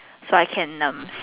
so I can um